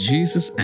Jesus